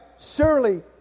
surely